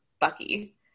Bucky